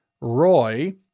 Roy